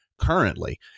currently